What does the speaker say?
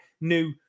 new